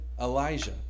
Elijah